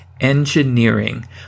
Engineering